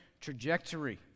trajectory